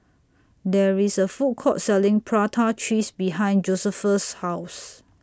There IS A Food Court Selling Prata Cheese behind Josephus' House